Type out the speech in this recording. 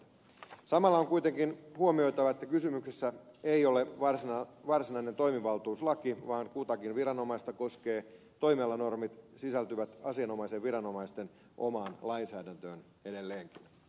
samalla on kuitenkin huomioitava että kysymyksessä ei ole varsinainen toimivaltuuslaki vaan kutakin viranomaista koskevat toimiala normit sisältyvät asianomaisten viranomaisten omaan lainsäädäntöön edelleenkin